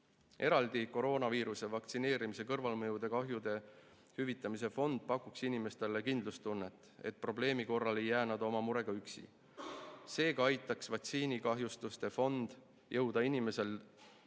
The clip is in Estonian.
koroonaviiruse vaktsineerimise kõrvalmõjude kahjude hüvitamise fond pakuks inimestele kindlustunnet, et probleemi korral ei jää nad oma murega üksi. Seega aitaks vaktsiinikahjustuste fond jõuda inimesel